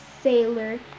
sailor